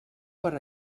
per